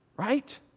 right